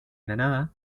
granada